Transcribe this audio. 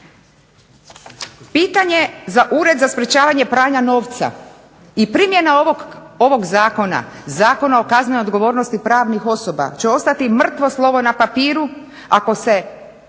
Pitanje za Ured za sprečavanje pranja novca i primjena ovog zakona, Zakona o kaznenoj odgovornosti pravnih osoba će ostati mrtvo slovo na papiru ako se